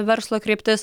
verslo kryptis